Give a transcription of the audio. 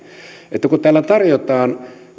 kaikille kun täällä tarjotaan